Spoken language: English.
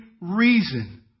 reason